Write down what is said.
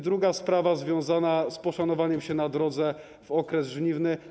Druga sprawa jest związana z szanowaniem się na drodze w okresie żniwnym.